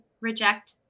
reject